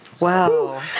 Wow